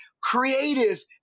creative